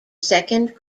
second